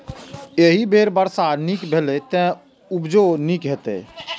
एहि बेर वर्षा नीक भेलैए, तें उपजो नीके हेतै